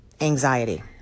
anxiety